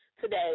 today